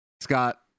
Scott